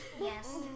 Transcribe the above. Yes